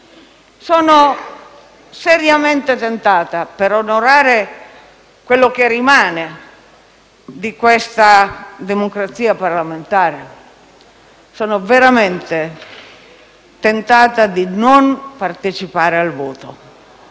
del Paese. Per onorare quello che rimane di questa democrazia parlamentare, sono seriamente tentata di non partecipare al voto;